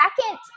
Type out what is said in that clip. second